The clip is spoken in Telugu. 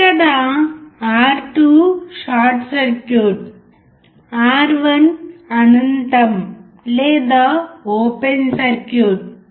ఇక్కడ R2 షార్ట్ సర్క్యూట్ R1 అనంతం లేదా ఓపెన్ సర్క్యూట్